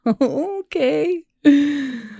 Okay